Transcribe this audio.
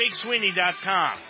jakesweeney.com